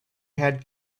had